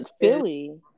Philly